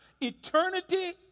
Eternity